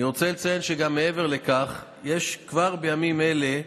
אני רוצה לציין שגם מעבר לכך, יש כבר בימים אלה,